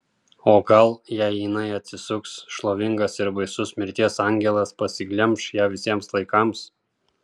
o gal jei jinai atsisuks šlovingas ir baisus mirties angelas pasiglemš ją visiems laikams